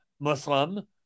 Muslim